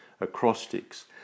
acrostics